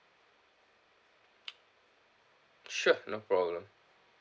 sure no problem